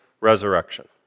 resurrection